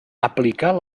aplicar